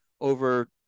over